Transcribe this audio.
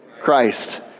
Christ